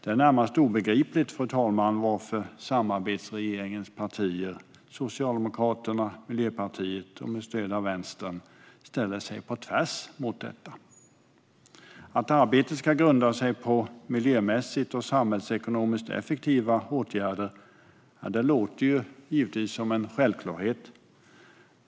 Det är närmast obegripligt, fru talman, varför samarbetsregeringens partier, Socialdemokraterna och Miljöpartiet med stöd av Vänstern, ställer sig på tvärs mot detta. Att arbetet ska grunda sig på miljömässigt och samhällsekonomiskt effektiva åtgärder låter givetvis som en självklarhet.